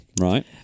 Right